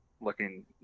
looking